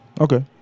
Okay